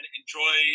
enjoy